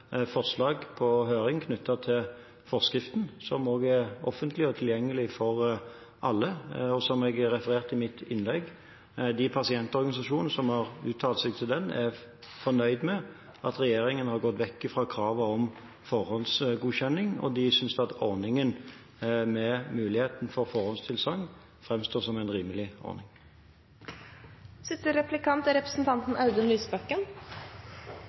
forslag ute på høring knyttet til forskriften, som også er offentlig og tilgjengelig for alle, og som jeg refererte til i mitt innlegg. De pasientorganisasjonene som har uttalt seg om den, er fornøyd med at regjeringen har gått bort fra kravet om forhåndsgodkjenning, og de synes at ordningen med mulighet for forhåndstilsagn framstår som en rimelig ordning.